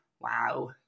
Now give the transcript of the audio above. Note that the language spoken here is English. wow